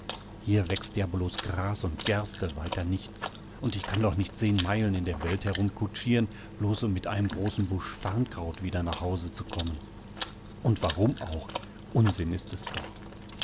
hier wächst ja blos gras und gerste weiter nichts und ich kann doch nicht zehn meilen in der welt herumkutschiren blos um mit einem großen busch farrnkraut wieder nach hause zu kommen und warum auch unsinn ist es doch